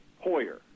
Hoyer